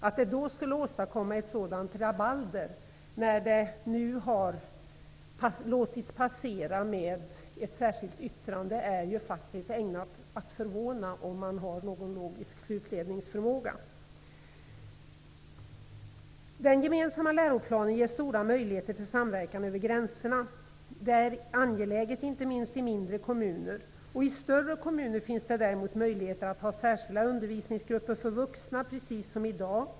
Att detta skulle åstadkomma ett sådant rabalder när frågan enbart tas upp i ett särskilt yttrande är ägnat att förvåna -- om man har någon logisk slutledningsförmåga. Den gemensamma läroplanen ger stora möjligheter till samverkan över gränserna. Detta är angeläget inte minst i mindre kommuner. I större kommuner finns det däremot möjlighet att, precis som i dag, ha särskilda undervisningsgrupper för vuxna.